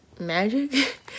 magic